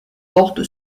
porte